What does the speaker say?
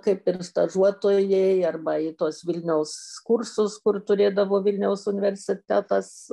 kaip ir stažuotojai arba į tuos vilniaus kursus kur turėdavo vilniaus universitetas